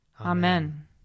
Amen